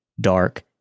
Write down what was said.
dark